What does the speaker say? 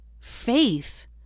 faith